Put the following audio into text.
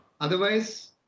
Otherwise